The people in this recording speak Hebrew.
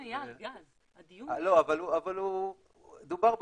הדיון היה על